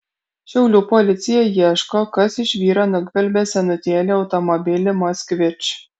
šiaulių policija ieško kas iš vyro nugvelbė senutėlį automobilį moskvič